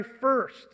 first